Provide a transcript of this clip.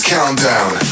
Countdown